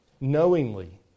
knowingly